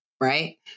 right